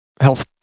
health